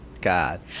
God